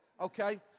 okay